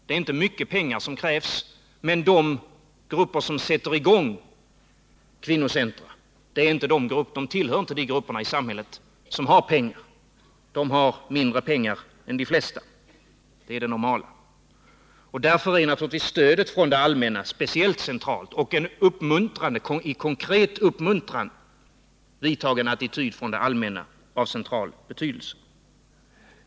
Det är inte mycket pengar som krävs, men de grupper som sätter i gång kvinnocentra tillhör inte de grupper i samhället som har pengar. De har mindre pengar än de flesta, det är det normala. Därför är naturligtvis stödet från det allmänna och framför allt från staten —- inte minst på grund av den konkreta uppmuntran som en positiv attityd ger — av central betydelse.